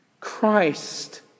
Christ